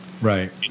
right